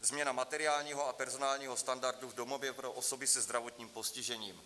Změna materiálního a personálního standardu v domově pro osoby se zdravotním postižením.